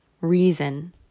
reason